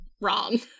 wrong